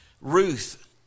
Ruth